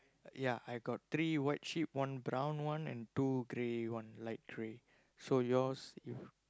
ya I got three white sheep one brown one and two grey one light grey so yours you